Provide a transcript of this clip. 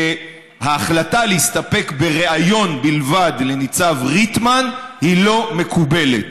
שההחלטה להסתפק בריאיון בלבד לניצב ריטמן היא לא מקובלת.